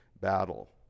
battle